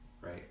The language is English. right